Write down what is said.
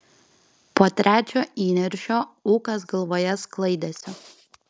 po trečio įniršio ūkas galvoje sklaidėsi